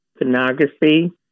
pornography